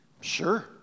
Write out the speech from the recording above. Sure